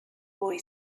boy